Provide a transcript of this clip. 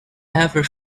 ever